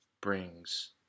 brings